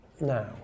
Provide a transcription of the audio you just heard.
Now